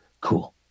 cool